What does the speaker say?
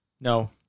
No